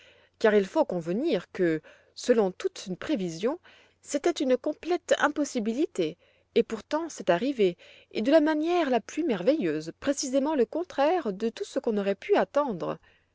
car il faut convenir que selon toutes prévisions c'était une complète impossibilité et pourtant c'est arrivé et de la manière la plus merveilleuse précisément le contraire de tout ce qu'on aurait pu attendre